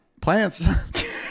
Plants